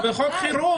זה חוק חירום.